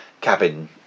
cabin